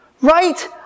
Right